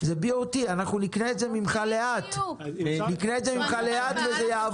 זה BOT, אנחנו נקנה את זה ממך לאט וזה יעבור.